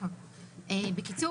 בגלל